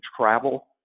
travel